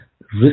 risk